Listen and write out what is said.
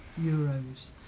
euros